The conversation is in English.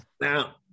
Now